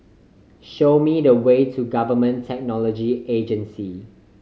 show me the way to Government Technology Agency